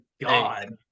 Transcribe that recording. God